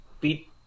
beat